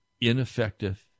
ineffective